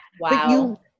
Wow